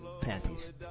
Panties